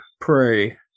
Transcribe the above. pray